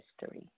history